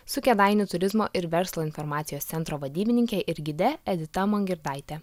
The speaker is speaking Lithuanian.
su kėdainių turizmo ir verslo informacijos centro vadybininke ir gide edita mongirdaite